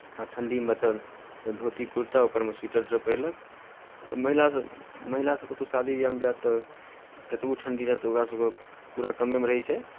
आ ठण्ढी बचल तऽ धोती कुर्ता ऊपरमे स्वीटर उइटर पहिरलक महिलासभ महिलासभ कतहु शादी ब्याहमे जायत तऽ कतबहु ठण्ढी रहत ओकरासभके पूरा कमेमे रहै छै